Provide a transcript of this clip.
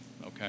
okay